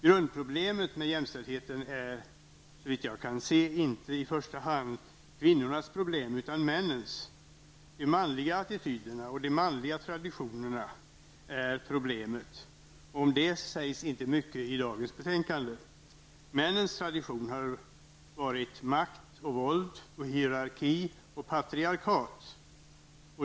Men problemet med jämställdheten är, såvitt jag kan se, i första hand inte kvinnornas problem, utan männens. Det är de manliga attityderna och traditionerna som är problemet. Om detta sägs inte mycket i dagens betänkande. Männens tradition har varit makt, våld, hierarki och patriarki.